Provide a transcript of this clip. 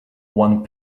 one